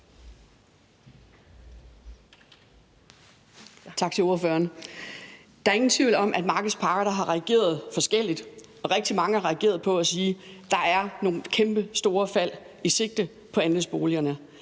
Der er ingen tvivl om, at markedets parter har reageret forskelligt, og rigtig mange har reageret ved at sige, at der er nogle kæmpestore fald i sigte på andelsboligerne.